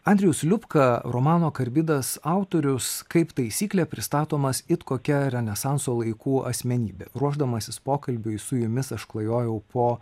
andrejus liubka romano karbidas autorius kaip taisyklė pristatomas it kokia renesanso laikų asmenybė ruošdamasis pokalbiui su jumis aš klajojau po